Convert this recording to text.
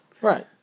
Right